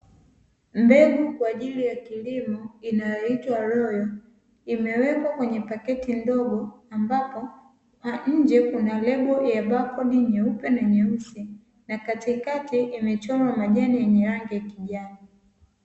Mbegu kwa ajili ya kilimo inayoitwa “royal” imewekwa kwenye pakiti ndogo, ambapo kwa nje kuna lebo ya bakodi nyeupe na nyeusi na katikati imechorwa majani yenye rangi ya kijani.